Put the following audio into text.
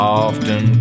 often